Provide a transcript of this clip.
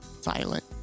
Silent